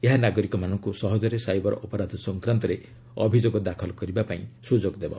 ଏହା ନାଗରିକମାନଙ୍କୁ ସହଜରେ ସାଇବର ଅପରାଧ ସଂକ୍ରାନ୍ତରେ ଅଭିଯୋଗ ଦାଖଲ କରିବାପାଇଁ ସୁଯୋଗ ଦେବ